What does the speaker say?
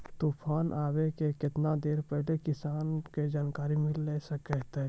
तूफान आबय के केतना देर पहिले किसान के जानकारी मिले सकते?